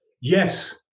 Yes